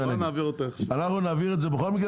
אנחנו נעביר את זה בכל מקרה,